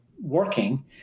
working